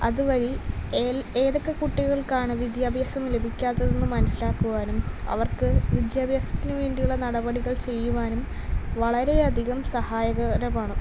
അതുവഴി എൽ ഏതൊക്കെ കുട്ടികൾക്കാണ് വിദ്യാഭ്യാസം ലഭിക്കാത്തത് എന്ന് മനസ്സിലാക്കുവാനും അവർക്ക് വിദ്യാഭ്യാസത്തിന് വേണ്ടിയുള്ള നടപടികൾ ചെയ്യുവാനും വളരെയധികം സഹായകരമാണ്